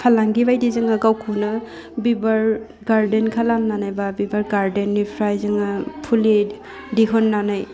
फालांगि बायदि जोङो गावखौनो बिबार गार्डेन खालामनानै बा बिबार गार्डेननिफ्राय जोङो फुलि दिहुननानै